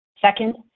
Second